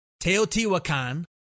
Teotihuacan